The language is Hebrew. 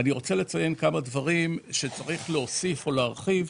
אני רוצה לציין כמה דברים שצריך להוסיף או להרחיב,